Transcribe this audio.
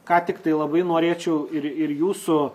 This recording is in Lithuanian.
ką tiktai labai norėčiau ir ir jūsų